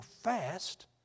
fast